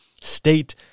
state